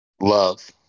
Love